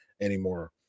anymore